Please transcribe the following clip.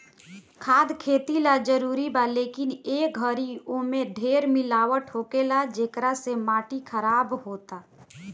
खाद खेती ला जरूरी बा, लेकिन ए घरी ओमे ढेर मिलावट होखेला, जेकरा से माटी खराब होता